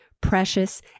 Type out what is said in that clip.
precious